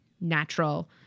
natural